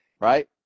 right